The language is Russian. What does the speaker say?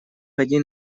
один